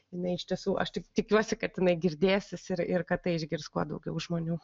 jinai iš tiesų aš tik tikiuosi kad jinai girdėsis ir ir kad tai išgirs kuo daugiau žmonių